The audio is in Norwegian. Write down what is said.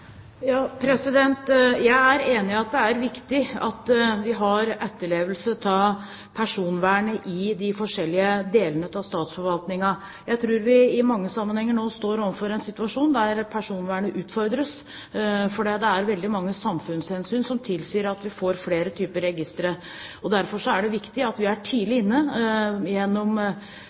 Jeg er enig i at det er viktig at vi har etterlevelse av personvernet i de forskjellige delene av statsforvaltningen. Jeg tror vi i mange sammenhenger nå står overfor en situasjon der personvernet utfordres, fordi det er veldig mange samfunnshensyn som tilsier at vi får flere typer registre. Derfor er det viktig at vi er tidlig inne gjennom